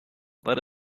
let